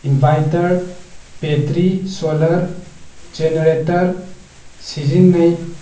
inverter battery solar generator ꯁꯤꯖꯤꯟꯅꯩ